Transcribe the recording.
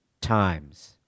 times